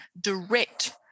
direct